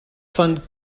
von